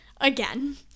again